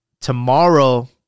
tomorrow